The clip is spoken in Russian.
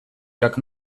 как